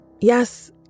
Yes